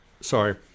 Sorry